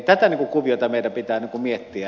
tätä kuviota meidän pitää miettiä